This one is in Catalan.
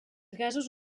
gasos